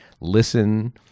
listen